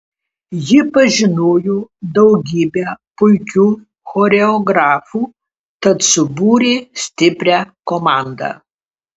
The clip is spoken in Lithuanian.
ji pažinojo daugybę puikių choreografų tad subūrė stiprią komandą